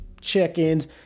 Check-ins